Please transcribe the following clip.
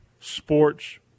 Sports